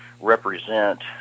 represent